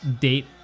date